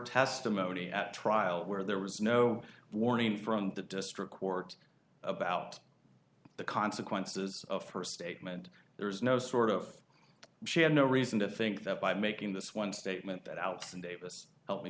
testimony at trial where there was no warning from the district court about the consequences of her statement there's no sort of she had no reason to think that by making this one statement that out and davis helped me